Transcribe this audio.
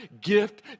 gift